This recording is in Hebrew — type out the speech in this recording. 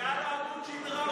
היה לו עמוד שדרה,